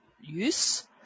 use